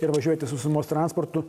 ir važiuojate sausumos transportu